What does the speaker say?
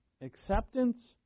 acceptance